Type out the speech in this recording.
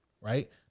Right